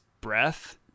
breath